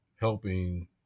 helping